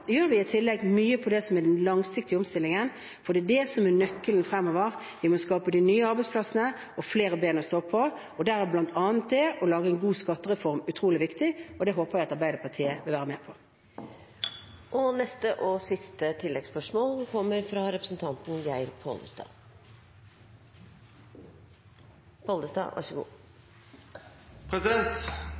I tillegg gjør vi mye med det som er den langsiktige omstillingen, for det er det som er nøkkelen fremover. Vi må skape de nye arbeidsplassene og få flere ben å stå på. Der er bl.a. det å lage en god skattereform utrolig viktig. Det håper jeg at Arbeiderpartiet vil være med på. Geir Pollestad – til oppfølgingsspørsmål. Særlig innenfor bygg- og